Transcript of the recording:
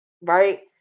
right